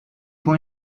può